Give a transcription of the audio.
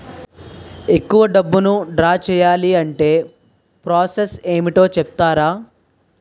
ఎక్కువ డబ్బును ద్రా చేయాలి అంటే ప్రాస సస్ ఏమిటో చెప్తారా?